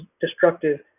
destructive